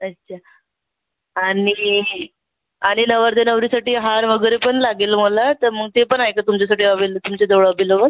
अच्छा अच्छा आणि आणि नवरदेव नवरीसाठी हार वगैरे पण लागेल मला तर मग ते पण आहे का तुमच्यासाठी अव्हेलेबल तुमच्याजवळ अव्हेलेबल